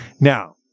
Now